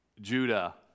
Judah